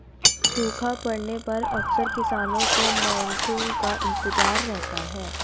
सूखा पड़ने पर अक्सर किसानों को मानसून का इंतजार रहता है